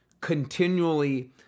continually